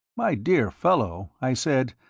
my dear fellow, i said,